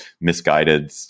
misguided